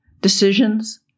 decisions